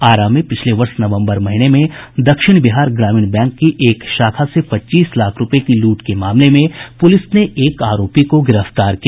आरा में पिछले वर्ष नवम्बर महीने में दक्षिण बिहार ग्रामीण बैंक की एक शाखा से पच्चीस लाख रूपये की लूट के मामले में पुलिस ने एक आरोपी को गिरफ्तार किया